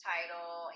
Title